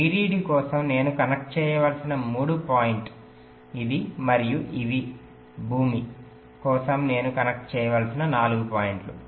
VDD కోసం నేను connect చేయవలసిన 3 పాయింట్ ఇది మరియు ఇవి భూమి కోసం నేను కనెక్ట్ చేయవలసిన 4 పాయింట్లు